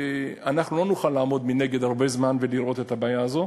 שאנחנו לא נוכל לעמוד מנגד הרבה זמן ולראות את הבעיה הזו,